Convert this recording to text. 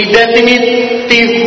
definitive